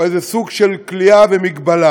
או איזה סוג של כליאה ומגבלה,